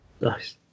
Nice